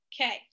okay